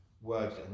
words